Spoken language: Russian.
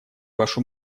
вашу